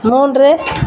மூன்று